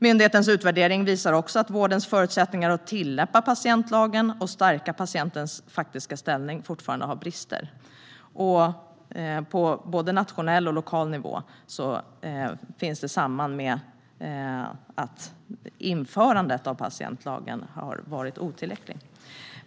Myndighetens utvärdering visar också att vårdens förutsättningar för att tillämpa patientlagen och stärka patientens faktiska ställning fortfarande har brister. Både på nationell och på lokal nivå hänger detta samman med att införandet av patientlagen har varit otillräckligt.